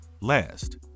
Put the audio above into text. Last